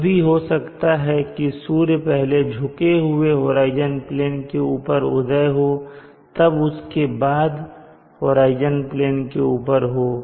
यह भी हो सकता है की सूर्य पहले झुके हुए होराइजन के ऊपर उदय हो तब उसके बाद होराइजन प्लेन के ऊपर हो